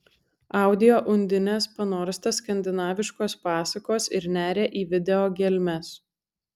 audio undinės panorsta skandinaviškos pasakos ir neria į video gelmes